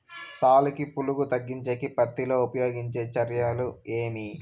సాలుకి పులుగు తగ్గించేకి పత్తి లో ఉపయోగించే చర్యలు ఏమి?